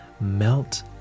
melt